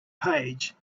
page